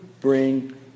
bring